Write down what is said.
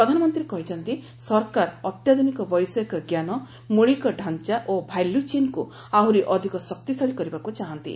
ପ୍ରଧାନମନ୍ତ୍ରୀ କହିଛନ୍ତି ସରକାର ଅତ୍ୟାଧୁନିକ ବୈଷୟିକ ଜ୍ଞାନ ମୌଳିକ ଡାଞ୍ଚା ଓ ଭ୍ୟାଲ୍ରଚେନ୍କୁ ଆହୁରି ଅଧିକ ଶକ୍ତିଶାଳୀ କରିବାକୁ ଚାହାନ୍ତି